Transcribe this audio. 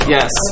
Yes